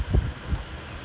no now two already